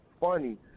funny